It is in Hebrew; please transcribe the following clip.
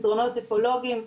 מסדרונות אקולוגיים,